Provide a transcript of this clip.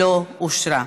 לא אושרה.